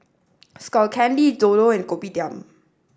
Skull Candy Dodo and Kopitiam